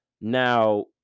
now